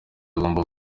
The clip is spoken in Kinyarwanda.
agomba